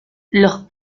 los